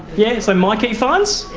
yes, so myki fines.